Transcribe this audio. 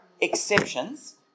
exceptions